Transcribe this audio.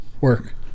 work